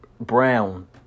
brown